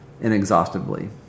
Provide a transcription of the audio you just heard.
inexhaustibly